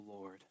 Lord